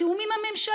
בתיאום עם הממשלה,